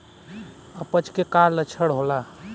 अपच के का लक्षण होला?